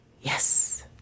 Yes